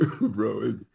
Bro